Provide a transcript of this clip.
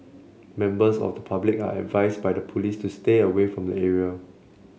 members of the public are advised by the police to stay away from the area